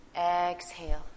exhale